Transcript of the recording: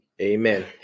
Amen